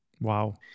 Wow